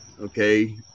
Okay